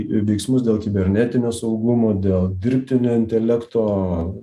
veiksmus dėl kibernetinio saugumo dėl dirbtinio intelekto